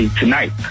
tonight